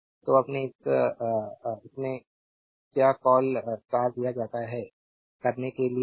तो अपने क्या कॉल स्टार दिया जाता है करने के लिए है